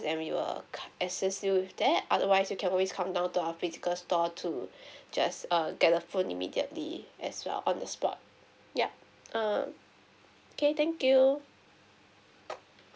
then we will assist you with that otherwise you can always come down to our physical store to just err get the phone immediately as well on the spot yup um okay thank you